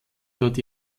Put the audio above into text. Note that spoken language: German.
dort